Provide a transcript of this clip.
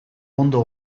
ondo